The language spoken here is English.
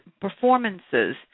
performances